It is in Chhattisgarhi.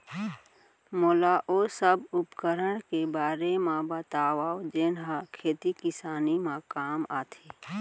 मोला ओ सब उपकरण के बारे म बतावव जेन ह खेती किसानी म काम आथे?